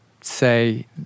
say